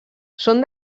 són